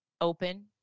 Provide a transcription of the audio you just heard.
open